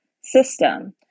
system